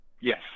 Yes